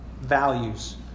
values